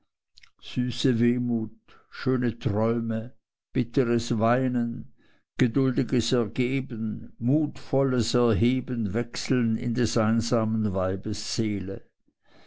süße wehmut schöne träume bitteres weinen geduldiges ergeben mutvolles erheben wechseln in des einsamen weibes seele